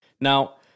Now